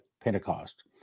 Pentecost